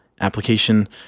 application